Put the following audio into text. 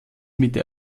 mitte